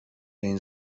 این